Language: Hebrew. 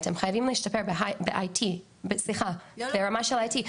אתם חייבים להשתפר ברמה של ה-IT,